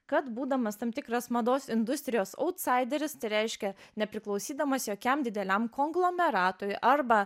kad būdamas tam tikras mados industrijos autsaideris tai reiškia nepriklausydamas jokiam dideliam konglomeratui arba